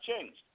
changed